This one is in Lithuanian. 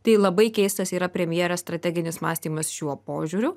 tai labai keistas yra premjerės strateginis mąstymas šiuo požiūriu